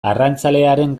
arrantzalearen